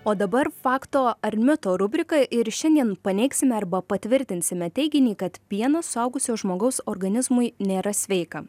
o dabar fakto ar mito rubrika ir šiandien paneigsime arba patvirtinsime teiginį kad pienas suaugusio žmogaus organizmui nėra sveika